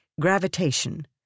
Gravitation